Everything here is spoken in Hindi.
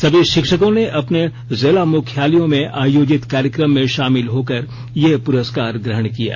सभी शिक्षकों ने अपने जिला मुख्यालयों में आयोजित कार्यक्रम में शामिल होकर ये प्रस्कार ग्रहण किए